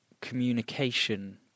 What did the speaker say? communication